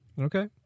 Okay